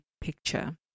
picture